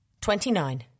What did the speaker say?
twenty-nine